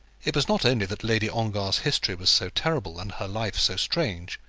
it was not only that lady ongar's history was so terrible, and her life so strange,